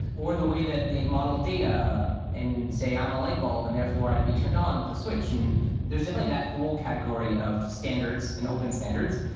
or the way that they model data and say, i'm a light bulb. and therefore, i could be turned on with a switch. and there's definitely that whole category of standards and open standards.